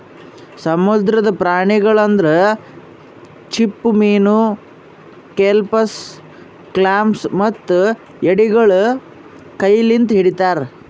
ಸಮುದ್ರದ ಪ್ರಾಣಿಗೊಳ್ ಅಂದುರ್ ಚಿಪ್ಪುಮೀನು, ಕೆಲ್ಪಸ್, ಕ್ಲಾಮ್ಸ್ ಮತ್ತ ಎಡಿಗೊಳ್ ಕೈ ಲಿಂತ್ ಹಿಡಿತಾರ್